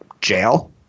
jail